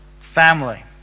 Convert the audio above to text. family